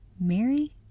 mary